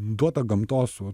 duota gamtos o